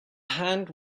hand